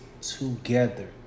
together